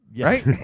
right